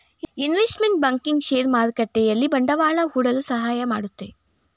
investment banking share ಮಾರುಕಟ್ಟೆಯಲ್ಲಿ ಬಂಡವಾಳ ಹೂಡಲು ಸಹಾಯ ಮಾಡುತ್ತೆ